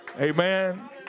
amen